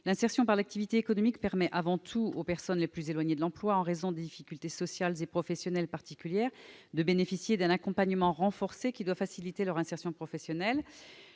L'insertion par l'activité économique, ou IAE, permet avant tout aux personnes les plus éloignées de l'emploi en raison de difficultés sociales et professionnelles particulières de bénéficier d'un accompagnement renforcé qui doit faciliter leur insertion professionnelle.